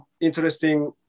interesting